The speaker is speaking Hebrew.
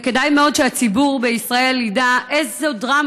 וכדאי מאוד שהציבור בישראל ידע איזו דרמה